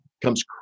comes